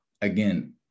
again